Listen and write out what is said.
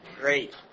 great